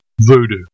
voodoo